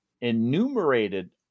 enumerated